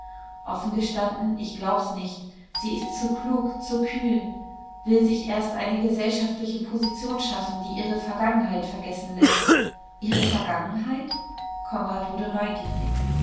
offen gestanden ich glaub's nicht sie ist zu klug zu kühl will sich erst eine gesellschaftliche position schaffen die ihre vergangenheit vergessen läßt ihre vergangenheit konrad wurde neugierig